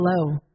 hello